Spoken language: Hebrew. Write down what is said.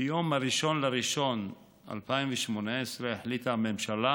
ביום 1 בינואר 2018 החליטה הממשלה